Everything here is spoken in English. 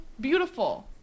beautiful